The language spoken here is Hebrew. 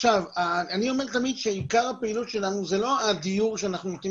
אני אומר תמיד שעיקר הפעילות שלנו זה לא הדיור שאנחנו נותנים,